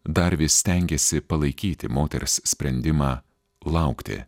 dar vis stengėsi palaikyti moters sprendimą laukti